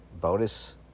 bonus